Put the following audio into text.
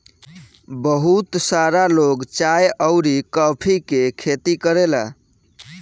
बहुत सारा लोग चाय अउरी कॉफ़ी के खेती करेला